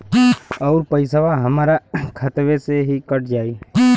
अउर पइसवा हमरा खतवे से ही कट जाई?